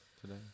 today